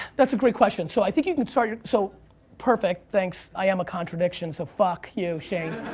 that's a great question. so i think you can start your, so perfect, thanks, i am a contradiction so fuck you, shane.